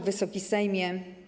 Wysoki Sejmie!